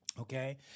Okay